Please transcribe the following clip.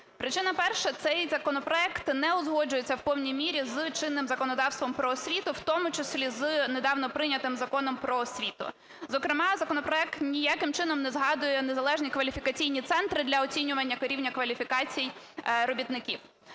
Причина перша. Цей законопроект не узгоджується в повній мірі з чинним законодавством про освіту, в тому числі з недавно прийнятим Законом "Про освіту". Зокрема, законопроект ніяким чином не згадує незалежні кваліфікаційні центри для оцінювання рівня кваліфікації робітників.